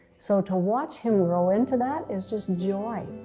so to watch him roll into that is just joy.